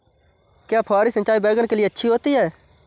क्या फुहारी सिंचाई बैगन के लिए अच्छी होती है?